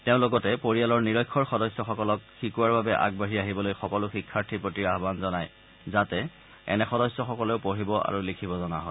তেওঁ লগতে পৰিয়ালৰ নিৰক্ষৰ সদস্যসকলক শিকোৱাৰ বাবে আগবাঢ়ি আহিবলৈ সকলো শিক্ষাৰ্থীৰ প্ৰতি আহান জনাই যাতে এনে সদস্যসকলেও পঢ়িব আৰু লিখিব জনা হয়